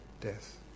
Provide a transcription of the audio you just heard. death